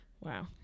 Wow